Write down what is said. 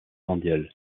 mondiale